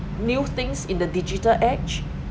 new things in the digital age